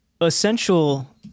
Essential